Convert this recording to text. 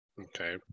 Okay